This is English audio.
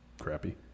crappy